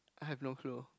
I have no clue